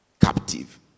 captive